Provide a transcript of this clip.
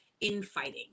infighting